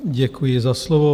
Děkuji za slovo.